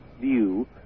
view